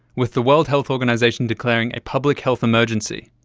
with the world health organisation declaring a public health emergency.